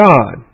God